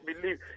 believe